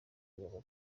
ugomba